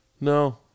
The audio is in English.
No